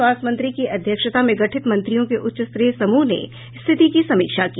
स्वास्थ्य मंत्री की अध्यक्षता में गठित मंत्रियों के उच्च स्तरीय समूह ने स्थिति की समीक्षा की